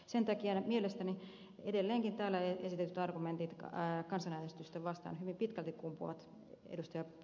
sen takia mielestäni edelleenkin täällä esitetyt argumentit kansanäänestystä vastaan hyvin pitkälti kumpuavat ed